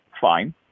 fine